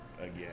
again